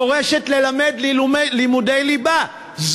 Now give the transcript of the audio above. דורשת ללמד לימודי ליבה,